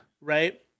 Right